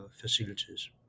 facilities